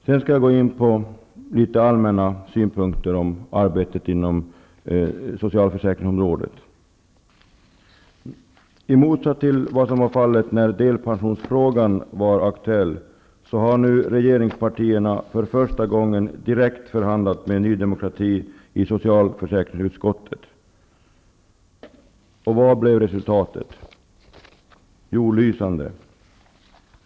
Sedan vill jag anlägga några allmänna synpunkter på arbetet inom socialförsäkringsområdet. I motsats till vad som var fallet när delpensionsfrågan var aktuell har regeringspartierna för första gången direkt förhandlat med Ny demokrati i socialförsäkringsutskottet. Och vad blev resultatet? Jo, lysande.